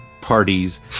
parties